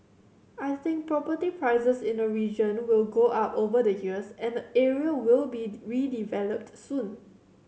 I think property prices in the region will go up over the years and the area will be redeveloped soon